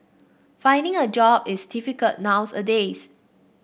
finding a job is difficult nowadays